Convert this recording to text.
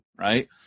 right